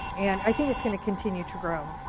and i think it's gonna continue to grow.